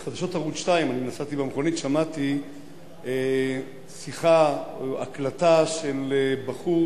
ובחדשות ערוץ-2 שמעתי שיחה או הקלטה של בחור